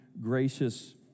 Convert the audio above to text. gracious